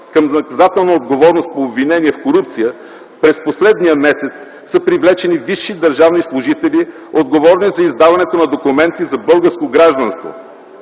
към наказателна отговорност по обвинение в корупция през последния месец са привлечени висши държавни служители, отговорни за издаването на документи за българско гражданство;